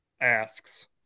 asks